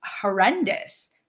horrendous